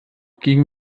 gegen